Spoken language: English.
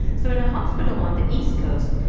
so in a hospital on the east coast,